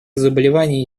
заболевания